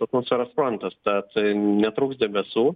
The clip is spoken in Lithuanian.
atmosferos frontas tad netrūks debesų